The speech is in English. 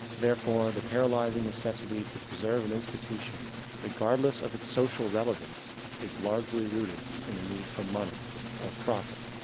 therefore, the paralyzing necessity to preserve an institution regardless of it's social relevance is largely rooted in the need for money or profit.